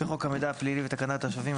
בחוק המידע הפלילי ותקנת השבים,